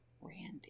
Randy